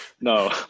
No